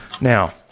Now